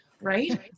right